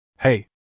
Hey